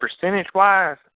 percentage-wise